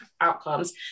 outcomes